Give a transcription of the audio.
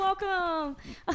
welcome